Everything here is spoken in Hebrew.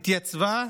התייצבה,